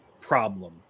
Problem